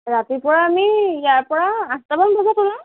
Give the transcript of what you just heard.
ৰাতিপুৱা আমি ইয়াৰ পৰা আঠটামান বজাত ওলাম